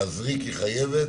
להזריק היא חייבת?